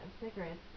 cigarettes